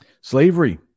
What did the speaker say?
Slavery